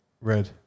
Red